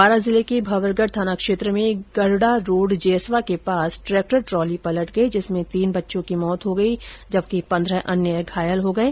बारां जिले के भंवरगढ़ थाना क्षेत्र में गरडा रोड़ जेसवा के पास ट्रेक्टर ट्राली पलट गई जिससे तीन बच्चों की मौत हो गई जबकि पन्द्रह लोग घायल हो गये